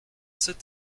sept